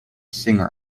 singer